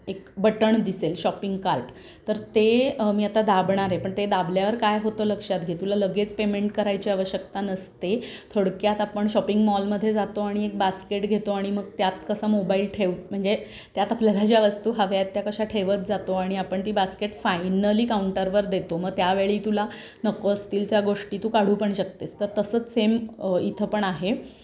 एक बटण दिसेल शॉपिंग कार्ट तर ते मी आता दाबणार आहे पण ते दाबल्यावर काय होतं लक्षात घे तुला लगेच पेमेंट करायची आवश्यकता नसते थोडक्यात आपण शॉपिंग मॉलमध्ये जातो आणि एक बास्केट घेतो आणि मग त्यात कसा मोबाईल ठेवतो म्हणजे त्यात आपल्याला ज्या वस्तू हव्यात त्या कशा ठेवत जातो आणि आपण ती बास्केट फायनली काउंटरवर देतो मग त्यावेळी तुला नको असतील त्या गोष्टी तू काढू पण शकतेस तर तसंच सेम इथं पण आहे